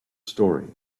story